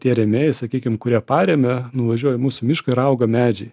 tie rėmėjai sakykim kurie paremia nuvažiuoja į mūsų mišką ir auga medžiai